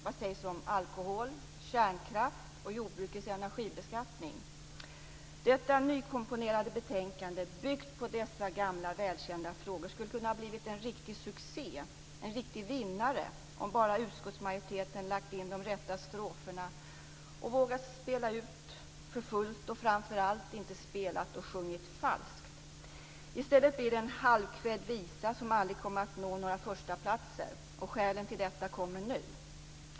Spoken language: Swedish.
Vad sägs om alkohol, kärnkraft och jordbrukets energibeskattning? Detta nykomponerade betänkande, byggt på dessa gamla välkända frågor, skulle kunna ha blivit en riktig succé, en riktig vinnare om bara utskottets majoritet lagt in de rätta stroferna och vågat spela ut för fullt och framför allt inte spelat och sjungit falskt. I stället blir det en halvkvävd visa som aldrig kommer att nå några förstaplatser. Skälen till detta kommer här.